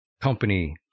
company